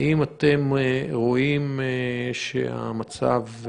האם אתם רואים שהמצב,